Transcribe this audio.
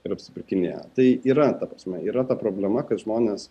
ir apsipirkinėja tai yra ta prasme yra ta problema kad žmonės